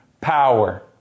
power